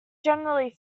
generally